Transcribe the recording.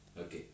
Okay